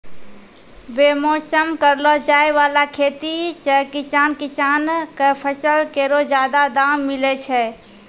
बेमौसम करलो जाय वाला खेती सें किसान किसान क फसल केरो जादा दाम मिलै छै